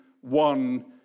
one